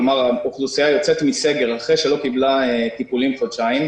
כלומר האוכלוסייה יוצאת מסגר אחרי שלא קיבלה טיפולים במשך חודשיים.